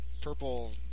purple